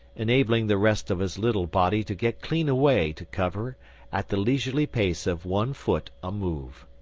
enabling the rest of his little body to get clean away to cover at the leisurely pace of one foot a move.